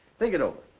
think it over.